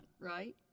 right